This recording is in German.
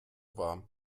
war